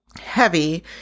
heavy